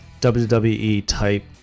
WWE-type